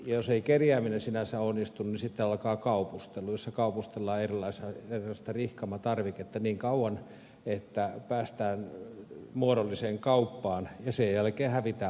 jos ei kerjääminen sinänsä onnistu niin sitten alkaa kaupustelu jossa kaupustellaan erilaista rihkamatarviketta niin kauan että päästään muodolliseen kauppaan ja sen jälkeen hävitään paikalta